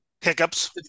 hiccups